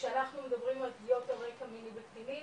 וכשאנחנו מדברים על פגיעות על רקע מיני בקטינים,